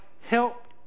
help